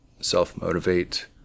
self-motivate